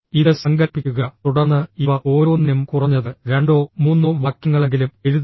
ഇത് സങ്കൽപ്പിക്കുക തുടർന്ന് ഇവ ഓരോന്നിനും കുറഞ്ഞത് രണ്ടോ മൂന്നോ വാക്യങ്ങളെങ്കിലും എഴുതുക